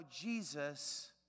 Jesus